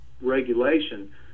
regulation